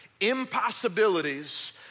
impossibilities